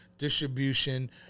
Distribution